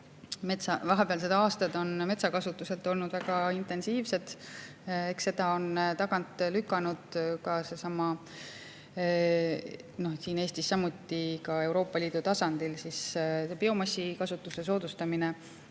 Vahepealsed aastad on metsakasutuselt olnud väga intensiivsed. Eks seda on tagant lükanud ka seesama siin Eestis, samuti ka Euroopa Liidu tasandil [toimuv] biomassi kasutuse soodustamine